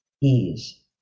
ease